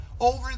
over